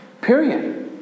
Period